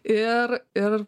ir ir